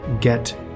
get